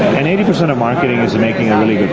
and eighty percent of marketing is making a really